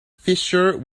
fissure